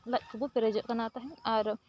ᱞᱟᱡ ᱠᱚᱵᱚ ᱯᱮᱨᱮᱡᱚᱜ ᱠᱟᱱᱟ ᱛᱟᱦᱮᱸᱫ ᱟᱨ